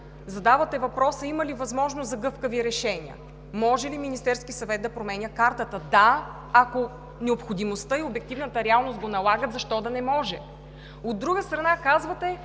задавате въпроса: има ли възможност за гъвкави решения, може ли Министерският съвет да променя Картата? Да, ако необходимостта и обективната реалност го налагат, защо да не може. От друга страна, казвате: